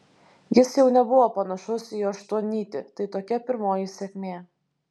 jis jau nebuvo panašus į aštuonnytį tai tokia pirmoji sėkmė